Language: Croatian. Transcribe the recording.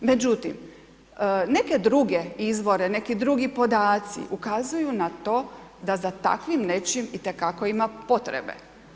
Međutim, neke druge izvore, neki drugi podaci, ukazuju na to da za takvim nečim itekako ima potrebe.